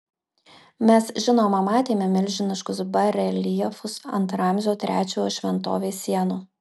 mes žinoma matėme milžiniškus bareljefus ant ramzio trečiojo šventovės sienų